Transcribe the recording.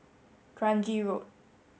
Kranji Road